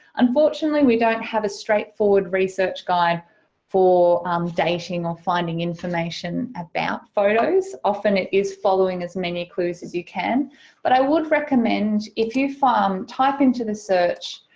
unfortunately we don't have a straightforward research guide for dating or finding information about photos. often it is following as many clues as you can but i would recommend if you find um type into the search